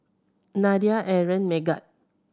Nadia Aaron Megat